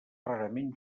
rarament